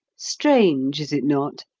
strange, is it not?